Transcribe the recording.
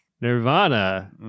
nirvana